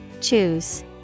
Choose